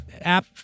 app